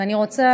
ואני רוצה